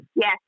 Yes